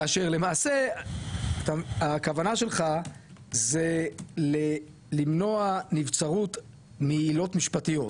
כאשר למעשה הייתה הכוונה שלך זה למנוע נבצרות מעילות משפטיות,